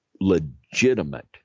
legitimate